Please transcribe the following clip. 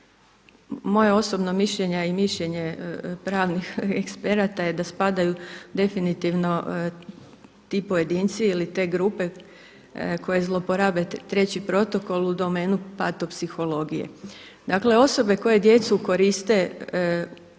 moje osobno mišljenje i mišljenje pravnih eksperata je da spadaju definitivno ti pojedinci ili te grupe koje zlouporabe Treći protokol u domenu patopsihologije. Dakle osobe koje djecu koriste za